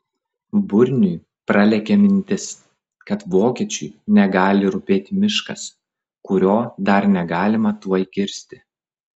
burniui pralėkė mintis kad vokiečiui negali rūpėti miškas kurio dar negalima tuoj kirsti